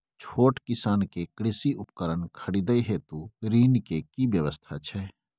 छोट किसान के कृषि उपकरण खरीदय हेतु ऋण के की व्यवस्था छै?